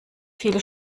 viele